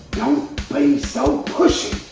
so pushy.